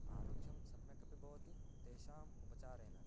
आरोग्यं सम्यक् अपि भवति तेषाम् उपचारेण